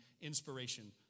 inspiration